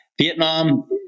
Vietnam